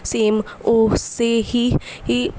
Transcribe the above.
same ਉਸ ਹੀ ਹੀ